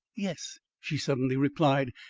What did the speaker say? yes, she suddenly replied,